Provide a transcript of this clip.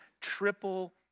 triple